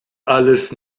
alles